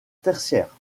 tertiaire